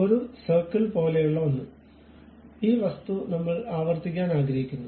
ഒരു സർക്കിൾ പോലെയുള്ള ഒന്ന് ഈ വസ്തു നമ്മൾ ആവർത്തിക്കാൻ ആഗ്രഹിക്കുന്നു